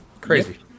Crazy